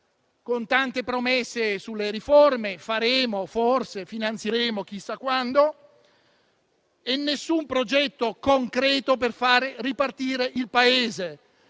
con tante promesse sulle riforme: faremo, forse; finanzieremo, chissà quando; nessun progetto concreto per fare ripartire il Paese,